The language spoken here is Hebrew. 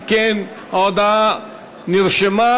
אם כן, ההודעה נרשמה.